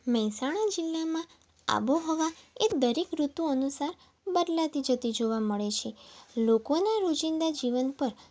મહેસાણા જિલ્લામાં આબોહવા એ દરેક ઋતુ અનુસાર બદલાતી જતી જોવા મળે છે લોકોના રોજિંદા જીવન પર